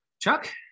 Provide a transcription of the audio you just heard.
Chuck